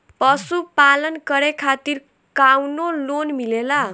पशु पालन करे खातिर काउनो लोन मिलेला?